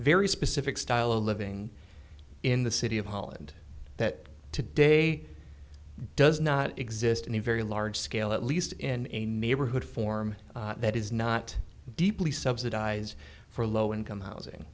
very specific style of living in the city of holland that today does not exist in a very large scale at least in a neighborhood form that is not deeply subsidize for low income housing